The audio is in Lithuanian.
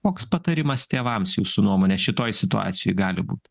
koks patarimas tėvams jūsų nuomone šitoj situacijoj gali būt